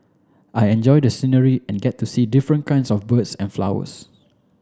I enjoy the scenery and get to see different kinds of birds and flowers